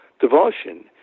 devotion